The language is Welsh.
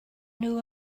nhw